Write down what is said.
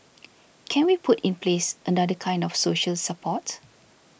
can we put in place another kind of social support